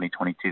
2022